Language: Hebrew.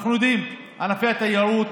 אנחנו יודעים, ענפי התיירות.